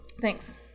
Thanks